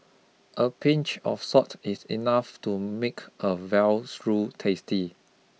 a pinch of salt is enough to make a veal stew tasty